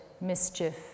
mischief